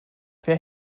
wer